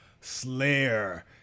Slayer